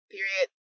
Period